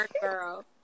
girl